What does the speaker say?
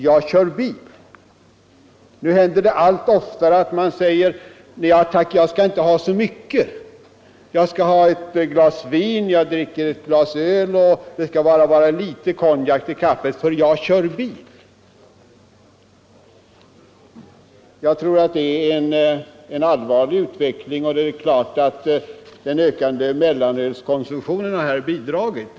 Jag kör bil.” Nu händer det allt oftare att man säger: ”Ja tack, men jag skall inte ha så mycket. Jag skall ha ett glas vin, jag dricker ett glas öl, och det skall bara vara litet konjak till kaffet, för jag kör bil.” Jag tror att det är en allvarlig utveckling, och det är klart att den ökande mellanölskonsumtionen har bidragit.